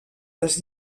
les